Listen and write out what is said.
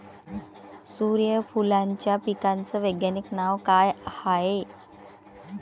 सुर्यफूलाच्या पिकाचं वैज्ञानिक नाव काय हाये?